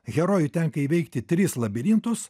herojui tenka įveikti tris labirintus